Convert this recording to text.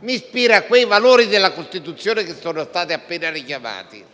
mi ispiro ai valori della Costituzione appena richiamati.